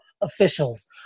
officials